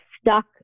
stuck